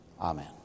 Amen